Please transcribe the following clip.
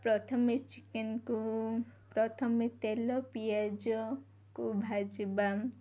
ପ୍ରଥମେ ଚିକେନ୍କୁ ପ୍ରଥମେ ତେଲ ପିଆଜକୁ ଭାଜିବା